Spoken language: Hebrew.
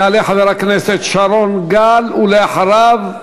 יעלה חבר הכנסת שרון גל, ולאחריו,